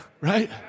right